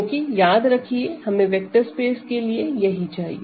क्योंकि याद रखिए हमें वेक्टर स्पेस के लिए यही चाहिए